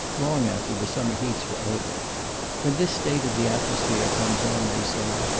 long after the summer heats were over when this state of the atmosphere comes on, they say,